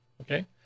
Okay